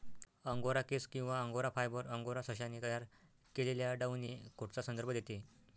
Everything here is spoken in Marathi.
अंगोरा केस किंवा अंगोरा फायबर, अंगोरा सशाने तयार केलेल्या डाउनी कोटचा संदर्भ देते